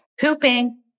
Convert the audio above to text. Pooping